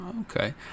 Okay